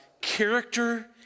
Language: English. character